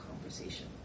conversation